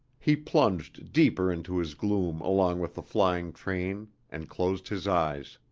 he plunged deeper into his gloom along with the flying train and closed his eyes.